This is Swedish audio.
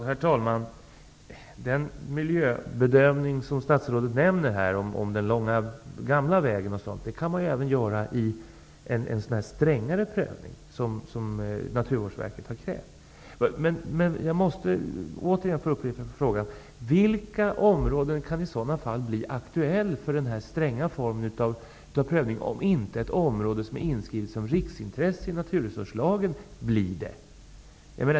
Herr talman! Den miljöbedömning som statsrådet här nämner -- hon talar t.ex. om den långa gamla vägen -- kan även göras i samband med den strängare prövning som Naturvårdsverket har krävt. Återigen upprepar jag frågan: Vilka områden kan bli aktuella för den här stränga formen av prövning om inte ett sådant här område som är inskrivet som ett riksintresse i naturresurslagen blir det?